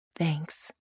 Thanks